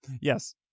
Yes